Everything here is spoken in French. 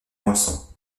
moissons